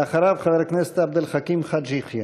אחריו, חבר הכנסת עבד אל חכים חאג' יחיא.